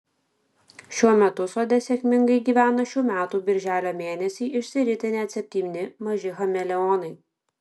šiuo metu sode sėkmingai gyvena šių metų birželio mėnesį išsiritę net septyni maži chameleonai